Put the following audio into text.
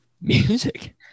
Music